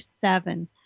seven